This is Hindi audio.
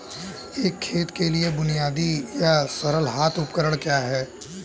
एक खेत के लिए बुनियादी या सरल हाथ उपकरण क्या हैं?